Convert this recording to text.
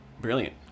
brilliant